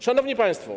Szanowni Państwo!